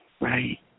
Right